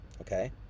Okay